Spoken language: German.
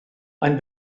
ein